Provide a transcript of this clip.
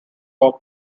cop